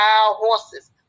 horses